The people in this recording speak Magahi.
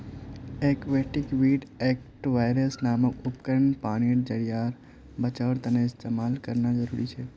एक्वेटिक वीड हाएवेस्टर नामक उपकरण पानीर ज़रियार बचाओर तने इस्तेमाल करना ज़रूरी छे